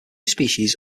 species